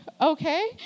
Okay